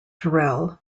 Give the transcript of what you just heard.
terrell